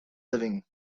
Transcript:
living